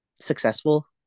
successful